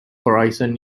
horizon